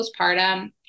postpartum